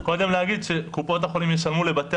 קודם להגיד שקופות החולים ישלמו לבתי